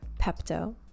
Pepto